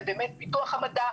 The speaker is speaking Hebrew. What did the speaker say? זה באמת פיתוח המדע.